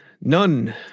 None